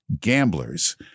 Gamblers